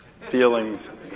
feelings